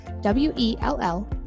W-E-L-L